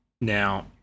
Now